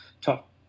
top